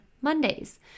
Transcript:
Mondays